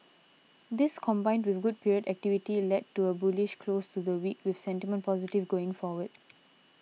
this combined with good period activity led to a bullish close to the week with sentiment positive going forward